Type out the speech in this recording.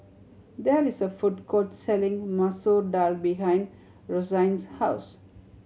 there is a food court selling Masoor Dal behind Rozanne's house